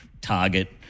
Target